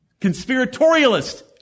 conspiratorialist